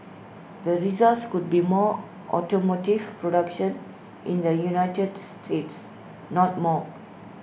the results could be more automotive production in the united states not more